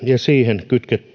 ja siihen